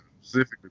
specifically